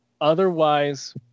otherwise